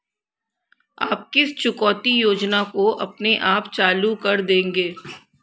आप किस चुकौती योजना को अपने आप चालू कर देंगे?